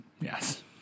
Yes